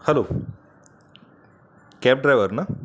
hello cab driver ना